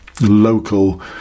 local